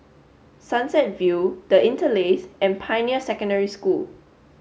Sunset View The Interlace and Pioneer Secondary School